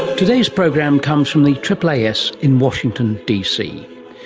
today's program comes from the aaas in washington dc.